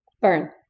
Burn